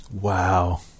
Wow